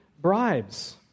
bribes